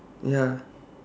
ya